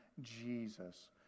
Jesus